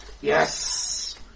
Yes